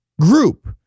group